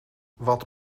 wat